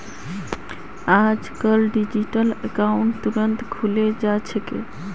अजकालित digital account तुरंत खुले जा छेक